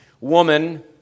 woman